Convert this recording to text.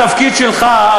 התפקיד שלך,